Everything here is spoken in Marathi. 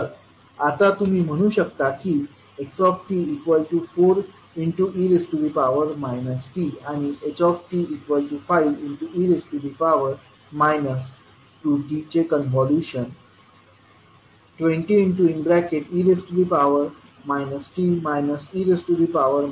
तर आता तुम्ही म्हणू शकता की x 4e tआणि h 5 e 2t चे convolution 20e t e 2t आहे